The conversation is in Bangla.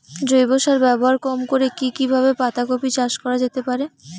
জৈব সার ব্যবহার কম করে কি কিভাবে পাতা কপি চাষ করা যেতে পারে?